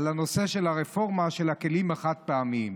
על הנושא של הרפורמה של הכלים החד-פעמיים.